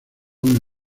una